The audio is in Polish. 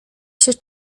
się